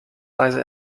weise